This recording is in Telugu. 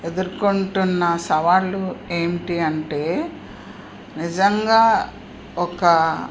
ఎదుర్కుంటున్న సవాళ్ళు ఏమిటి అంటే నిజంగా ఒక